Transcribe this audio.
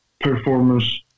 performance